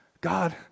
God